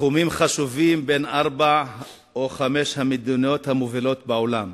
בתחומים חשובים בין ארבע או חמש המדינות המובילות בעולם.